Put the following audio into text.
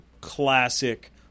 classic